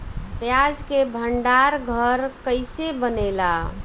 प्याज के भंडार घर कईसे बनेला?